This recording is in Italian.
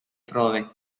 prove